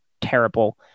terrible